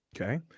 okay